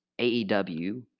AEW